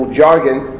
jargon